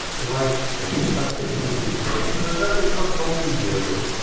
lives changed, but this didn't change, so that is not continues.